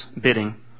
bidding